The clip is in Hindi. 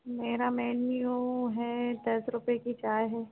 मेरा मैनू है दस रुपये की चाय है